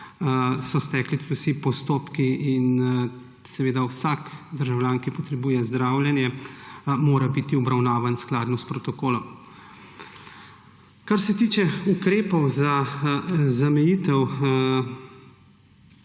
so stekli tudi vsi postopki. Vsak državljan, ki potrebuje zdravljenje, mora biti obravnavan skladno s protokolom. Kar se tiče ukrepov za zamejitev